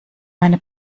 meine